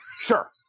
Sure